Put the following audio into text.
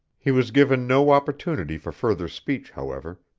he was given no opportunity for further speech, however,